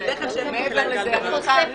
רוצה לחזק